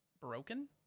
broken